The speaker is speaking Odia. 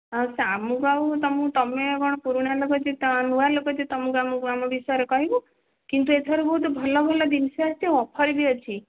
ଆଉ ଆମକୁ ତୁମକୁ ତୁମେ କ'ଣ ପୁରୁଣା ଲୋକ ଯେ ନୂଆ ଲୋକ ଯେ ତୁମକୁ ଆମ ଆମ ବିଷୟରେ କହିବୁ କିନ୍ତୁ ଏଥର ବହୁତ ଭଲ ଭଲ ଜିନିଷ ଆସିଛି ଅଫର୍ ବି ଅଛି